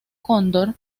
cóndor